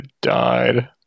died